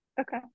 okay